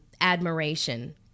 admiration